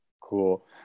cool